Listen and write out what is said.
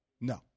No